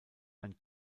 ein